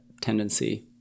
tendency